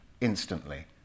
instantly